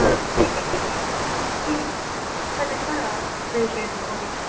हा एकैकम् अपि तु दश प्रेषयतु महोदया